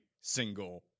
single